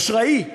אשראי,